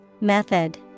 Method